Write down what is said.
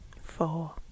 Four